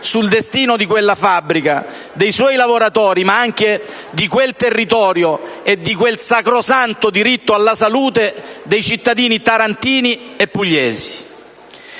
sul destino di quella fabbrica, dei suoi lavoratori, ma anche di quel territorio e di quel sacrosanto diritto alla salute dei cittadini tarantini e pugliesi.